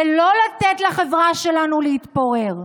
ולא לתת לחברה שלנו להתפורר.